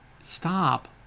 stop